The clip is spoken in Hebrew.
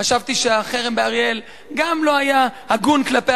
חשבתי שהחרם באריאל גם לא היה הגון כלפי